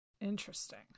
Interesting